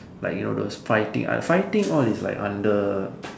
like you know those fighting fighting all is like under